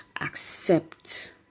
accept